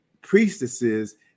priestesses